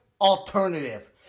alternative